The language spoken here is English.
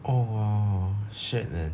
oh !wow! shit leh